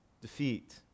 defeat